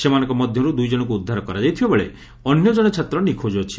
ସେମାନଙ୍ଙ ମଧ୍ଧରୁ ଦୁଇଜଣଙ୍ଙୁ ଉଦ୍ଧାର କରାଯାଇଥିବାବେଳେ ଅନ୍ୟ ଜଣେ ଛାତ୍ର ନିଖୋଜ ଅଛି